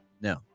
No